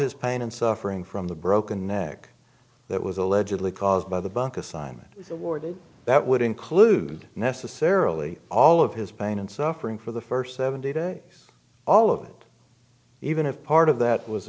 his pain and suffering from the broken neck that was allegedly caused by the bunk assignment was awarded that would include necessarily all of his pain and suffering for the first seventy days all of that even if part of that was